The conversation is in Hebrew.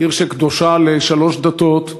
עיר שקדושה לשלוש דתות,